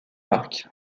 marque